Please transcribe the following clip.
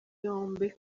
yombi